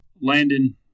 Landon